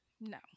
no